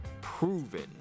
proven